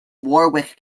warwick